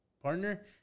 partner